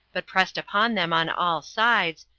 but pressed upon them on all sides,